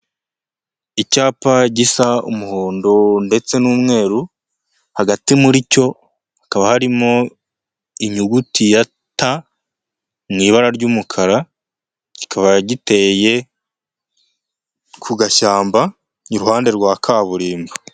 Icyapa gisa umuhondo ndetse n'umweru, hagati muri cyo hakaba harimo inyuguti ya Ta mu ibara ry'umukara. Kikaba giteye ku gashyamba iruhande rwa kaburimbo.